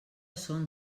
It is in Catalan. son